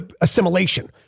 assimilation